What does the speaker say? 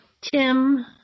Tim